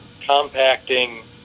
compacting